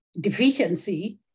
deficiency